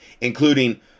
including